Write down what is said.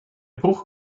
bruch